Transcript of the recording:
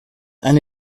and